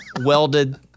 welded